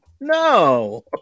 no